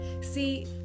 see